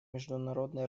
международные